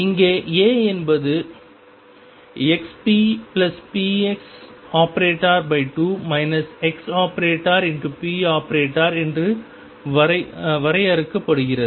இங்கே a என்பது ⟨xppx⟩2 ⟨x⟩⟨p⟩ என்று வரையறுக்கப்படுகிறது